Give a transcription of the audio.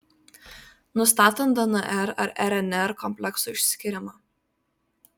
nustatant dnr ar rnr kompleksų išskyrimą